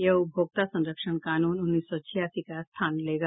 यह उपभोक्ता संरक्षण कानून उन्नीस सौ छियासी का स्थान लेगा